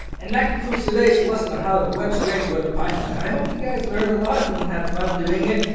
and that concludes today's lesson on how to ah web scrape with python. and i hope you guys learned a lot and and had fun doing it.